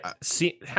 See